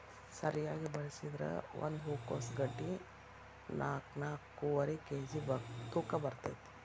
ಸರಿಯಾಗಿ ಬೆಳಸಿದ್ರ ಒಂದ ಹೂಕೋಸ್ ಗಡ್ಡಿ ನಾಕ್ನಾಕ್ಕುವರಿ ಕೇಜಿ ತೂಕ ಬರ್ತೈತಿ